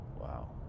wow